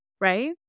right